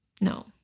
no